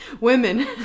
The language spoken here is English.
women